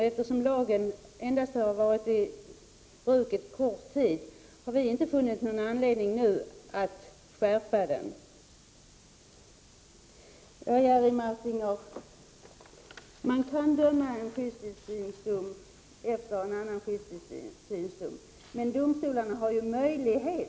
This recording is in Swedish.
Eftersom lagen endast har varit i bruk en kort tid har vi inte nu — Prot. 1989/90:31 funnit någon anledning att skärpa den. 22 november 1989 Man kan utfärda flera skyddstillsynsdomar på varandra, Jerry Martinger.